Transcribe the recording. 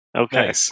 Okay